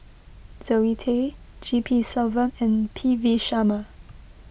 Zoe Tay G P Selvam and P V Sharma